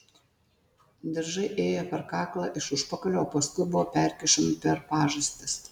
diržai ėjo per kaklą iš užpakalio o paskui buvo perkišami per pažastis